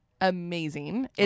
amazing